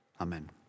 amen